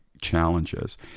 challenges